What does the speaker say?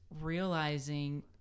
realizing